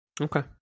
Okay